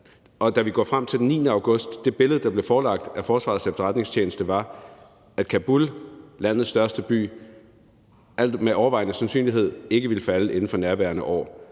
Da vi når frem til den 9. august, var det billede, der blev forelagt af Forsvarets Efterretningstjeneste, at Kabul, landets største by, med overvejende sandsynlighed ikke ville falde inden for nærværende år.